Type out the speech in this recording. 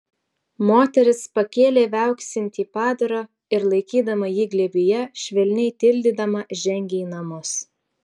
moteris pakėlė viauksintį padarą ir laikydama jį glėbyje švelniai tildydama žengė į namus